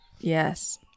yes